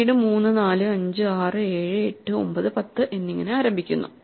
പിന്നീട് 3 4 5 6 7 8 9 10 എന്നിങ്ങനെ ആരംഭിക്കുന്നു